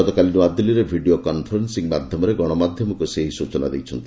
ଗତକାଲି ନୂଆଦିଲ୍ଲୀରେ video conferencing ମାଧ୍ୟମରେ ଗଣମାଧ୍ୟମକୁ ସେ ଏହି ସୂଚନା ଦେଇଛନ୍ତି